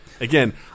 Again